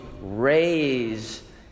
raise